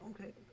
okay